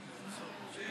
(29) של